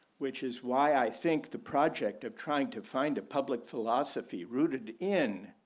which is why i think the project of trying to find a public philosophy rooted in,